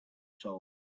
soul